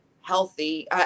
healthy